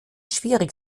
schwierig